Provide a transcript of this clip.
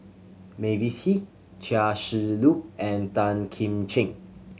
Mavis Hee Chia Shi Lu and Tan Kim Ching